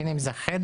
בין אם זה חדר,